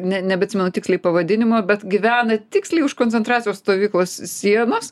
ne nebeatsimenu tiksliai pavadinimo bet gyvena tiksliai už koncentracijos stovyklos sienos